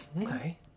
Okay